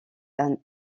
d’un